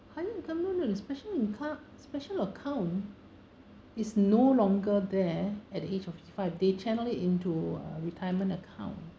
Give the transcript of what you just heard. highly recommended special account special account is no longer there at the age of fifty five they channel it into uh retirement account